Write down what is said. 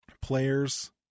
players